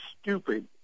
stupid